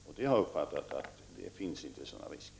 Jag har uppfattat att det inte finns sådana risker.